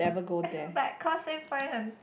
but Causeway-Point 很